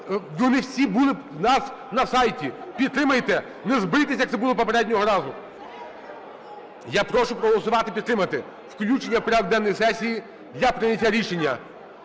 вони всі були у нас на сайті, підтримайте, не збийтеся, як це було попереднього разу. Я прошу проголосувати, підтримати включення в порядок денний сесії для прийняття рішення.